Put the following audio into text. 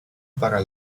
para